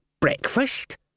breakfast